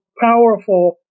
powerful